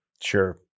Sure